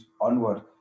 onward